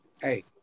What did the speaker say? Hey